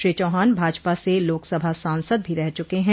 श्री चौहान भाजपा स लोकसभा सांसद भी रह चुके हैं